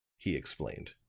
he explained.